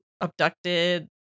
abducted